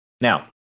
Now